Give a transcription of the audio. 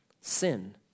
sin